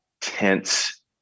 tense